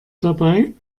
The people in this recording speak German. dabei